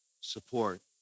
support